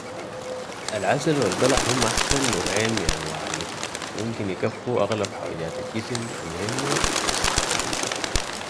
العسل و البلح هم احسن نوعين من انواع الاكل و ممكن يكفو اغلب حوجات الجسم المهمة لصحة الإنسان